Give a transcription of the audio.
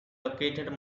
located